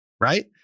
right